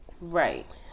Right